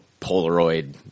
Polaroid